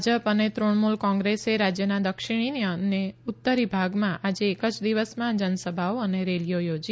ભાજપ અને તુણમુલ કોંગ્રેસે રાજ્યના દક્ષિણ અને ઉત્તરી ભાગમાં આજે એક જ દિવસમાં જનસભાઓ અને રેલીઓ યોજી